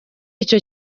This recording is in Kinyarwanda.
icyo